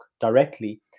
directly